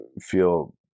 feel